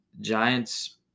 giants